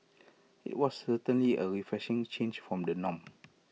IT was certainly A refreshing change from the norm